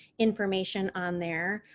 information on there.